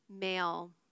male